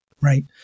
right